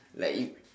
like you